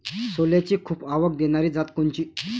सोल्याची खूप आवक देनारी जात कोनची?